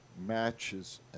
Matches